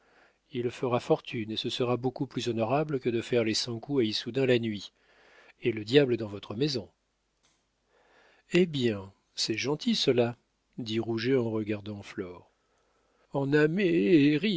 il fera fortune et ce sera beaucoup plus honorable que de faire les cent coups à issoudun la nuit et le diable dans votre maison hé bien c'est gentil cela dit rouget en regardant flore en